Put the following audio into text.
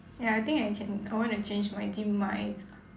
ya I think I can I want to change my demise